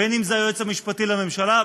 בין אם זה היועץ המשפטי לממשלה,